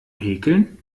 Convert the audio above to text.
häkeln